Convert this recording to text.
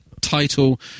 title